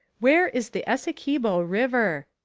where is the essiquibo river?